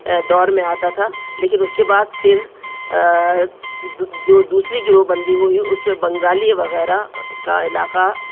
دور میں آتا تھا لیکن اس کے بعد پھر جو دوسری گروہ بندی ہوئی اس میں بنگالی وغیرہ کا علاقہ